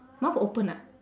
mouth open ah